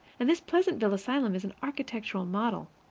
and this pleasantville asylum is an architectural model.